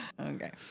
Okay